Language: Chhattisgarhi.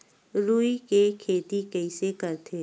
रुई के खेती कइसे करथे?